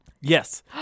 Yes